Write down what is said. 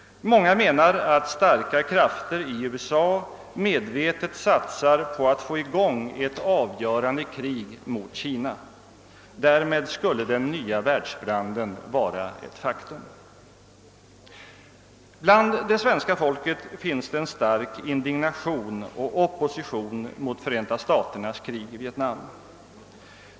Många menar att starka krafter i USA medvetet satsar på att få i gång ett avgörande krig mot Kina. Därmed skulle den nya världsbranden vara ett faktum. Hos det svenska folket finns en stark indignation och opposition mot Förenta staternas krig i Vietnam.